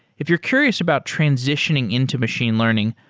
if you're curious about transitioning into machine learning,